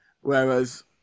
Whereas